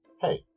Hey